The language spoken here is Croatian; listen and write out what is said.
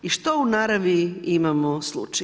I što u naravi imamo slučaj?